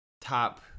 top